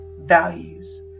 values